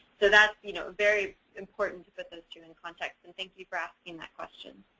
so that, you know, very important for those two in contact and thank you for asking that question.